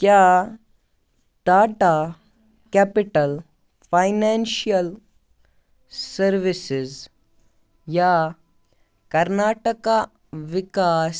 کیٛاہ Tata capital financial services یا کرناٹٕکا وِکاس